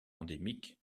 endémique